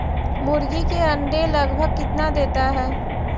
मुर्गी के अंडे लगभग कितना देता है?